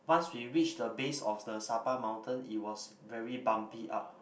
once we reach the base of the Sabah mountain it was very bumpy up